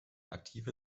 aktive